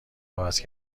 عوض